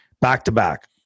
back-to-back